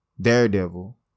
Daredevil